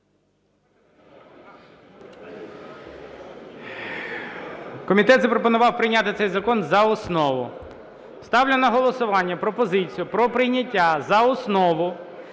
Комітет запропонував прийнятий цей закон за основу. Ставлю на голосування пропозицію про прийняття за основу